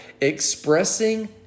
expressing